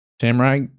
samurai